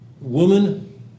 woman